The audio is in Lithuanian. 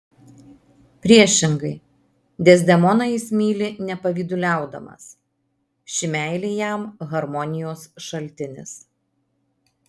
priešingai dezdemoną jis myli nepavyduliaudamas ši meilė jam harmonijos šaltinis